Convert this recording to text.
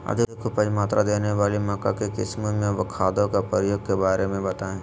अधिक उपज मात्रा देने वाली मक्का की किस्मों में खादों के प्रयोग के बारे में बताएं?